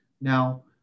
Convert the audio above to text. Now